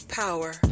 power